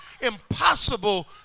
impossible